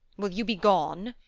will you be gone?